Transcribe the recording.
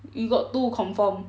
you got two confirm